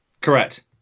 Correct